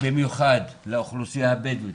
במיוחד לאוכלוסייה הבדואית,